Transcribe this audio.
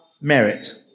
merit